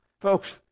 Folks